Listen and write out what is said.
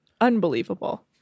Unbelievable